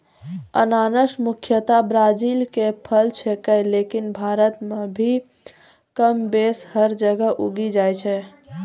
अनानस मुख्यतया ब्राजील के फल छेकै लेकिन भारत मॅ भी कमोबेश हर जगह उगी जाय छै